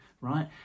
right